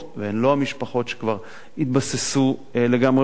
והן לא המשפחות שכבר התבססו לגמרי בחיים,